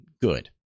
good